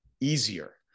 easier